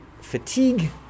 fatigue